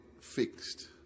fixed